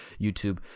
YouTube